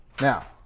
Now